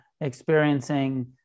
experiencing